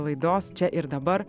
laidos čia ir dabar